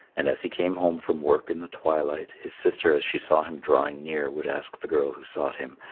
and as he came home from work in the twilight, his sister as she saw him drawing near would ask the girl who sought him,